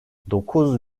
dokuz